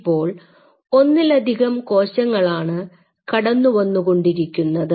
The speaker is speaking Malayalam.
ഇപ്പോൾ ഒന്നിലധികം കോശങ്ങളാണ് കടന്നു വന്നു കൊണ്ടിരിക്കുന്നത്